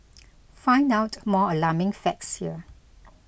find out more alarming facts here